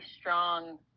strong